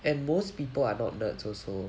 and most people are not nerds also